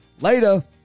later